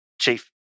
chief